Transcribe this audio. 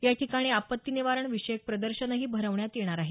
या ठिकाणी आपत्ती निवारण विषयक प्रदर्शन ही भरवण्यात येणार आहे